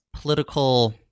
political